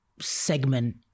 segment